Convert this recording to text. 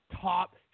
top